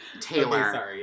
Taylor